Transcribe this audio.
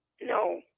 No